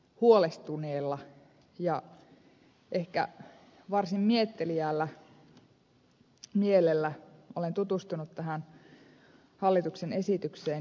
huolestuneella ja ehkä varsin mietteliäällä mielellä olen tutustunut tähän hallituksen esitykseen